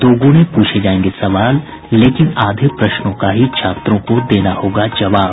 दोगुने पूछे जायेंगे सवाल लेकिन आधे प्रश्नों का ही छात्रों को देना होगा जवाब